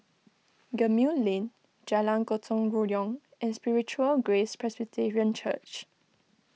Gemmill Lane Jalan Gotong Royong and Spiritual Grace Presbyterian Church